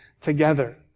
together